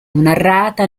narrata